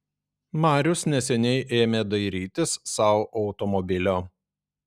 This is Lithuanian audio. marius neseniai ėmė dairytis sau automobilio